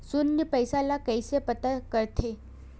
शून्य पईसा ला कइसे पता करथे?